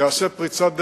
תיעשה פריצת דרך,